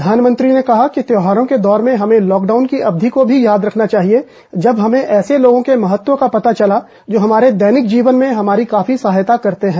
प्रधानमंत्री ने कहा कि त्योहारों के दौर में हमें लॉकडाउन की अवधि को भी याद् रखना चाहिए जब हमें ऐसे लोगों के महत्व का पता चला जो हमारे दैनिक जीवन में हमारी काफी सहायता करते हैं